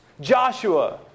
Joshua